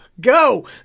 go